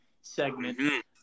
segment